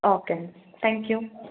okay thank you